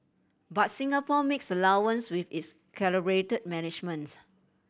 but Singapore makes allowance with its calibrated management